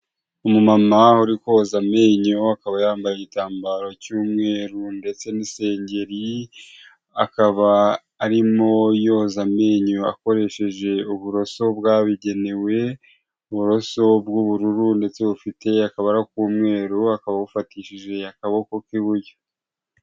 Umumama uri koza amenyo akaba yambaye igitambaro cy'umweru ndetse n'isengeri, akaba arimo yoza amenyo akoresheje uburoso bwabigenewe, uburoso bw'ubururu ndetse bufite akabara k'umweru akaba abufatishije akaboko k'iburyo.